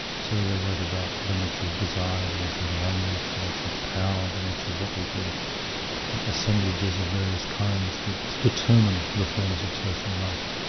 so they wrote about the nature of desire, the nature of language, the nature of power, the nature of what they called the assemblages of various kinds that determine the forms of social life,